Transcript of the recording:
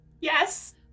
Yes